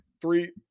three